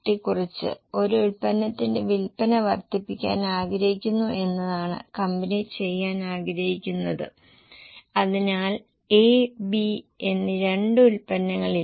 ഇപ്പോൾ അസംസ്കൃത വസ്തുക്കളുടെ വേരിയബിൾ വില നിങ്ങൾക്ക് അറിയാം നിങ്ങൾ എങ്ങനെയാണ് ശുഭാപ്തിവിശ്വാസമുള്ള പ്രൊജക്ഷൻ ഉണ്ടാക്കുക